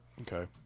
okay